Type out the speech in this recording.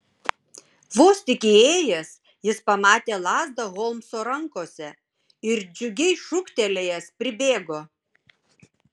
vos tik įėjęs jis pamatė lazdą holmso rankose ir džiugiai šūktelėjęs pribėgo